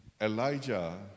Elijah